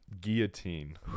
guillotine